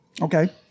Okay